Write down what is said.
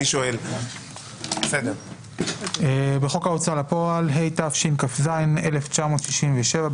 בחוק ההוצאה לפועל התשכ"ז-1967,